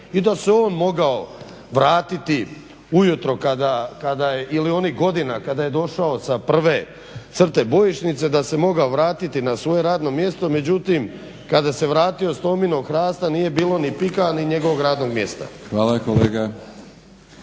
I da se on mogao vratiti ujutro kada ili onih godina kada je došao sa prve crte bojišnice da se mogao vratiti na svoje radno mjesto. Međutim, kada se vratio s tominog hrasta nije bilo ni PIK-a ni njegovog radnog mjesta. **Batinić,